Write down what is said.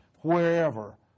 wherever